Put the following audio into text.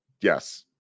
Yes